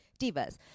divas